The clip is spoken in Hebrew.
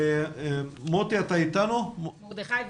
מרדכי וינטר.